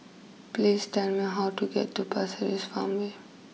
please tell me how to get to Pasir Ris Farmway